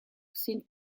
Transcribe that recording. sind